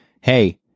hey